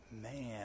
man